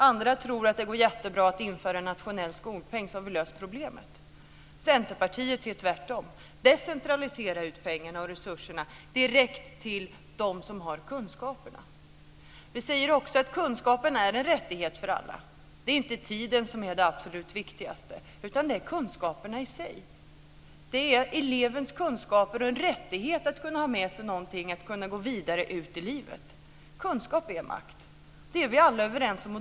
Andra tror att det går jättebra att införa en nationell skolpeng, och så har vi löst problemet. Centerpartiet säger tvärtom. Vi vill decentralisera ut pengarna och resurserna direkt till dem som har kunskaperna. Kunskaperna är en rättighet för alla. Det är inte tiden som är det absolut viktigaste, utan det är kunskaperna i sig. Elevernas kunskaper är en rättighet. De ska kunna ta med sig någonting och gå vidare ut i livet. Kunskap är makt. Det är vi alla överens om.